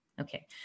Okay